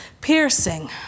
piercing